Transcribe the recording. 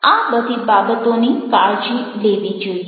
આ બધી બાબતોની કાળજી લેવી જોઈએ